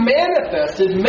manifested